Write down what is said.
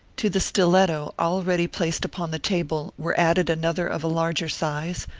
to the stiletto already placed upon the table were added another of larger size,